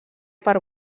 per